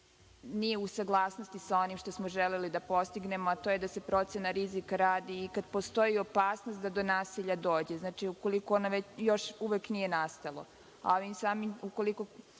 nije u saglasnosti sa onim što smo želeli da postignemo, a to je da se procena rizika radi i kada postoji opasnost da do nasilja dođe. Znači, ukoliko ona još uvek nije nastala.